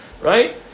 right